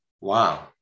Wow